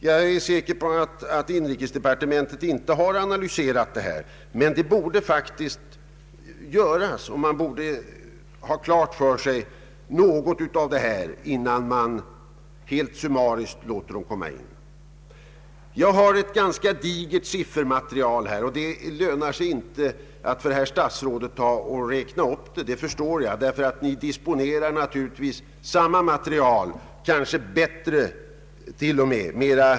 Jag är säker på att inrikesdepartementet inte har analyserat denna fråga, men det borde man göra. Man borde ha klart för sig något av detta, innan man helt summariskt låter dem komma in. Jag har ett ganska digert siffermaterial, men det lönar sig inte att räkna upp siffror för statsrådet. Inrikesdepartementet disponerar naturligtvis samma material, kanske rent av ett bättre och mera aktuellt.